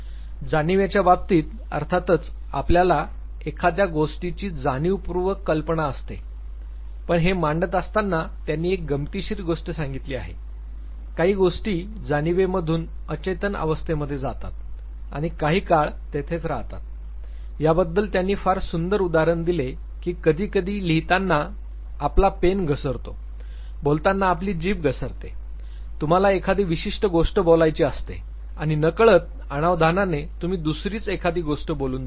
जाणीवेच्या बाबतीत अर्थातच आपल्याला एखाद्या गोष्टीची जाणीवपूर्वक कल्पना असते पण हे मांडत असताना त्यांनी एक गमतीशीर गोष्ट सांगितली आहे काही गोष्टी जाणीवे मधून अचेतन अवस्थेमध्ये जातात आणि काही काळ तेथेच राहतात याबद्दल त्यांनी फार सुंदर उदाहरण दिले की कधीकधी लिहितांना आपला पेन घसरतो बोलताना आपली जिभ घसरते तुम्हाला एखादी विशिष्ट गोष्ट बोलायची असते आणि नकळत अनावधानाने तुम्ही दुसरीच एखादी गोष्ट बोलून जाता